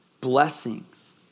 blessings